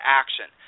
action